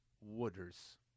Wooders